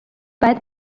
بعد